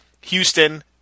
Houston